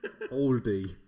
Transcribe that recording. Oldie